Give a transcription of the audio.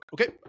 Okay